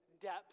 depth